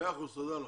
מאה אחוז, תודה לך.